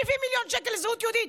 על 70 מיליון לזהות יהודית?